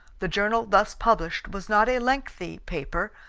the journal thus published was not a lengthy paper,